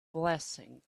blessing